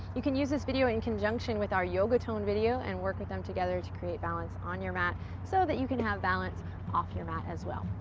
you can use this video in conjunction with our yoga tone video, and work with them together to create balance on your mat so that you can have balance off your mat as well.